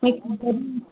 మీకు